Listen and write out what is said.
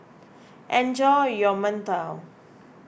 enjoy your Mantou